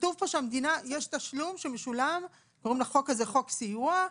כתוב פה שיש תשלום שמשולם במסגרת חוק סיוע.